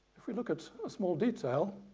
if we look at a small detail,